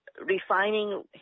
refining